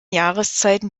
jahreszeiten